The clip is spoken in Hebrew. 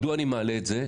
מדוע אני מעלה את זה?